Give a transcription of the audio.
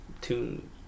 tune